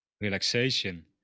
relaxation